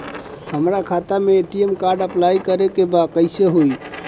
हमार खाता के ए.टी.एम कार्ड अप्लाई करे के बा कैसे होई?